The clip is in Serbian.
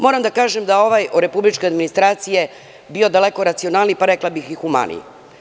Moram da kažem da je ovaj u republičkoj administraciji bio daleko racionalniji, pa rekla bih i humaniji.